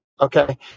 Okay